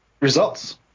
results